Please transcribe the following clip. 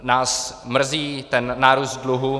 Nás mrzí ten nárůst dluhu.